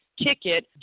ticket